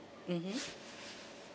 mmhmm